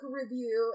review